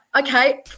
okay